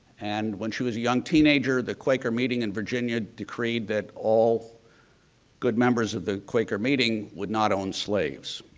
and when she was a young teenager, the quaker meeting in virginia decreed that all good members of the quaker meeting would not own slaves.